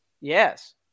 Yes